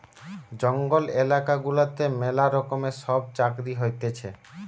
জঙ্গল এলাকা গুলাতে ম্যালা রকমের সব চাকরি হতিছে